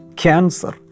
cancer